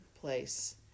place